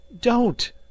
Don't